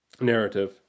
narrative